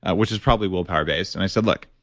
ah which is probably willpower based, and i said, look,